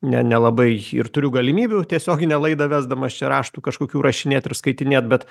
ne nelabai ir turiu galimybių tiesioginę laidą vesdamas čia raštų kažkokių rašinėt ir skaitinėt bet